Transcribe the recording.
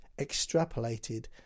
extrapolated